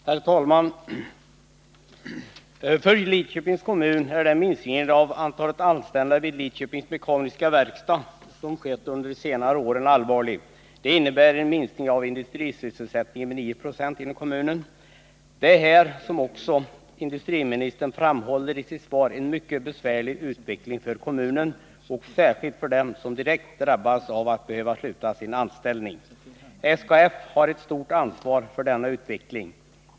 Herr talman! För Lidköpings kommun är den minskning av antalet anställda vid Lidköpings Mekaniska Verkstad som har skett under senare år allvarlig. Industrisysselsättningen inom kommunen har minskat med 9 96. Som också industriministern framhåller i sitt svar är utvecklingen mycket besvärlig för kommunen och särskilt för dem som direkt drabbas av att behöva sluta sin anställning. SKF har ett stort ansvar för denna utveckling.